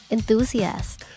Enthusiast